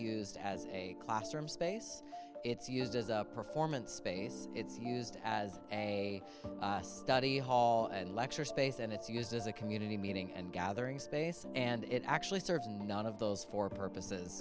used as a classroom space it's used as a performance space it's used as a study hall and lecture space and it's used as a community meeting and gathering space and it actually serves none of those for purposes